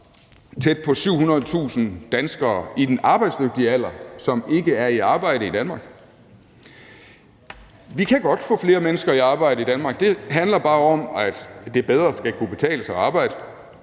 tæt på 700.000 danskere i den arbejdsdygtige alder, som ikke er i arbejde i Danmark. Vi kan godt få flere mennesker i arbejde i Danmark, det handler bare om, at det bedre skal kunne betale sig at arbejde.